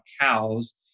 cows